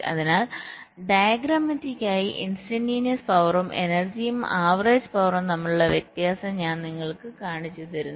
അതിനാൽ ഡയഗ്രമാറ്റിക്കായി ഇൻസ്റ്റന്റിനിയസ് പവറും എനർജിയും ആവറേജ് പവറും തമ്മിലുള്ള വ്യത്യാസം ഞാൻ നിങ്ങൾക്ക് കാണിച്ചുതരുന്നു